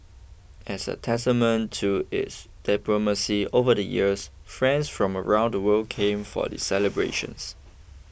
as a testament to its diplomacy over the years friends from around the world came for the celebrations